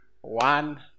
One